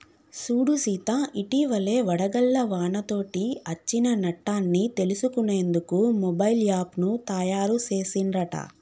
సూడు సీత ఇటివలే వడగళ్ల వానతోటి అచ్చిన నట్టన్ని తెలుసుకునేందుకు మొబైల్ యాప్ను తాయారు సెసిన్ రట